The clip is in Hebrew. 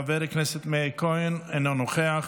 חבר הכנסת מאיר כהן, אינו נוכח,